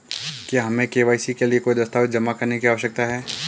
क्या हमें के.वाई.सी के लिए कोई दस्तावेज़ जमा करने की आवश्यकता है?